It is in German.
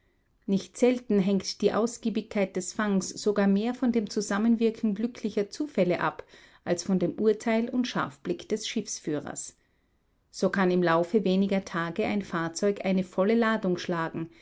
nicht selten hängt die ausgiebigkeit des fangs sogar mehr von dem zusammenwirken glücklicher zufälle ab als von dem urteil und scharfblick des schiffsführers so kann im laufe weniger tage ein fahrzeug eine volle ladung schlagen